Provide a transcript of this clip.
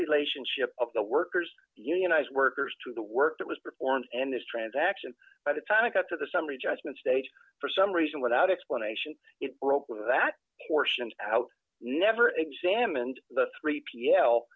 relationship of the workers unionized workers to the work that was performed and this transaction by the time it got to the summary judgment stage for some reason without explanation it broke with that portion out never examined the three p l